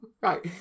Right